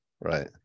right